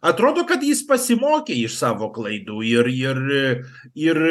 atrodo kad jis pasimokė iš savo klaidų ir ir ir